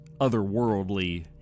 otherworldly